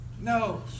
No